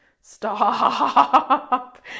stop